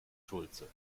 schulze